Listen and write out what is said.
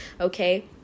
Okay